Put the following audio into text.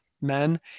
men